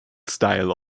style